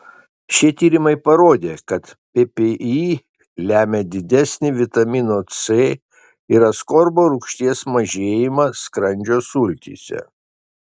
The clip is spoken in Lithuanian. šie tyrimai parodė kad ppi lemia didesnį vitamino c ir askorbo rūgšties mažėjimą skrandžio sultyse